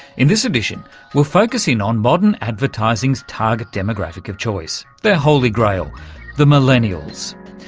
in this edition we'll focus in on modern advertising's target demographic of choice, their holy grail the millennials.